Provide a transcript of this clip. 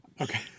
okay